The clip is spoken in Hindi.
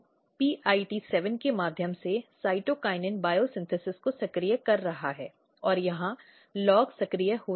तो STM IPT7 के माध्यम से साइटोकिनिन जैवसंश्लेषण को सक्रिय कर रहा है और यहां LOG सक्रिय हो रहा है